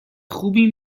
خوبی